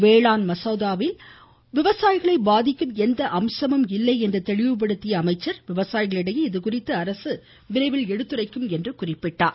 வேளாண் மசோதாவில் விவசாயிகளை பாதிக்கும் எந்த அம்சமும் இல்லை என்று தெளிவுபடுத்திய அவர் விவசாயிகளிடையே இதுகுறித்து அரசு விரைவில் எடுத்துரைக்கும் என்றார்